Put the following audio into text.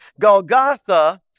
Golgotha